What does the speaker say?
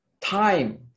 time